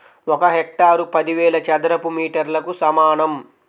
ఒక హెక్టారు పదివేల చదరపు మీటర్లకు సమానం